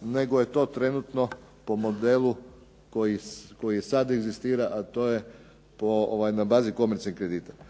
nego je to trenutno po modelu koji sada egzistira a to je na bazi komercijalnih kredita.